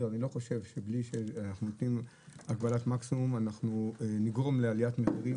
אני לא חושב שבלי הגבלת מקסימום אנחנו נגרום לעליית מחירים,